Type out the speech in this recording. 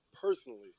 personally